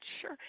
Sure